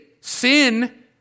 sin